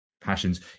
passions